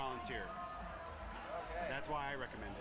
volunteer that's why i recommend